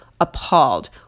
appalled